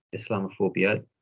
Islamophobia